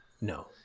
no